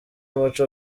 umuco